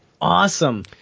Awesome